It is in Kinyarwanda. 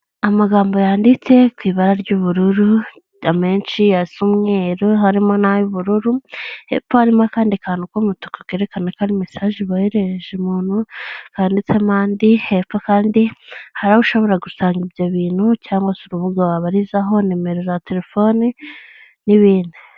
Amagambo yanditse ku ibara ry'ubururu, amenshi asa umweru harimo n'ay'ubururu, hepfo harimo akandi kantu k' umutuku kerekana ko ari mesaje boherereje umuntu, handitsemo andi, hepfo kandi hari aho ushobora gusanga ibyo bintu cyangwa se urubuga wabarizaho nimero za terefoni n'ibindi.